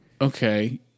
Okay